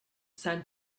san